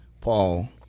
Paul